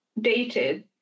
dated